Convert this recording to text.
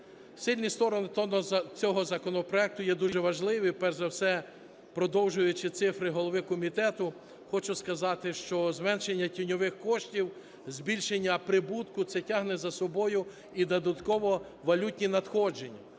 Сильні сторони цього законопроекту є дуже важливі. Перш за все, продовжуючи цифри голови комітету, хочу сказати, що зменшення тіньових коштів, збільшення прибутку, це тягне за собою і додаткові валютні надходження.